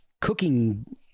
cooking